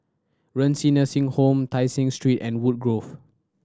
Renci Nursing Home Tai Seng Street and Woodgrove